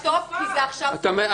תשתוק, כי זה עכשיו תורי.